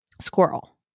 Squirrel